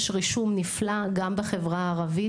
יש רישום נפלא גם בחברה הערבית,